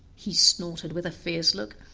he snorted with a fierce look,